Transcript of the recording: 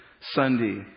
Sunday